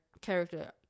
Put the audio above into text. character